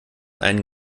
einen